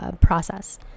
process